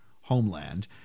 homeland